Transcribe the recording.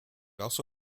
also